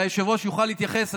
והיושב-ראש יוכל להתייחס,